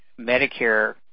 Medicare